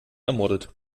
ermordet